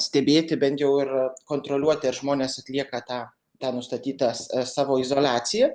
stebėti bent jau ir kontroliuoti ar žmonės atlieka tą tą nustatytas savo izoliaciją